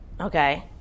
Okay